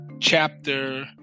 chapter